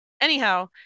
anyhow